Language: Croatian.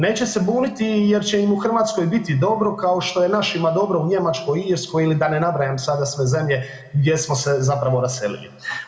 Neće se buniti jer će im u Hrvatskoj biti dobro kao što je našima dobro u Njemačkoj, Irskoj ili da ne nabrajam sada sve zemlje gdje smo se zapravo raselili.